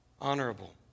Honorable